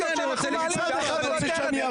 אני מקשיב בעניין רב לדיון הפרטני,